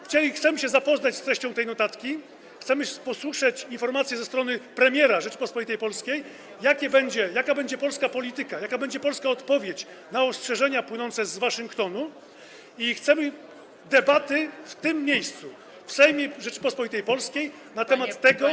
Chcemy się zapoznać z treścią tej notatki, chcemy usłyszeć informacje ze strony premiera Rzeczypospolitej Polskiej, jaka będzie polska polityka, jaka będzie polska odpowiedź na ostrzeżenia płynące z Waszyngtonu, i chcemy debaty w tym miejscu, w Sejmie Rzeczypospolitej Polskiej na temat tego.